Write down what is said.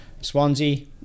Swansea